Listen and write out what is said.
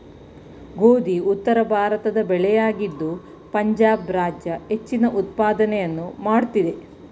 ಗೋಧಿ ಉತ್ತರಭಾರತದ ಬೆಳೆಯಾಗಿದ್ದು ಪಂಜಾಬ್ ರಾಜ್ಯ ಹೆಚ್ಚಿನ ಉತ್ಪಾದನೆಯನ್ನು ಮಾಡುತ್ತಿದೆ